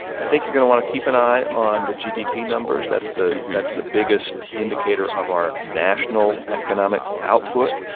i think you're going to want to keep an eye on the gdp numbers that's the that's the biggest indicator of our national economic output.